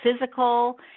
physical